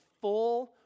full